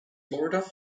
florida